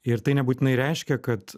ir tai nebūtinai reiškia kad